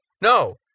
no